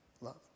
Love